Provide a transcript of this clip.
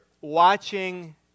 watching